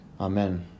Amen